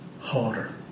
harder